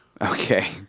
Okay